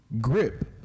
grip